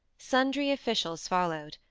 sundry officials followed,